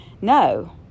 no